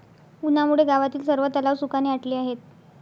उन्हामुळे गावातील सर्व तलाव सुखाने आटले आहेत